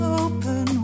open